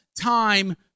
time